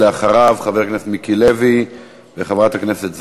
אחריו, חבר הכנסת מיקי לוי וחברת הכנסת זנדברג.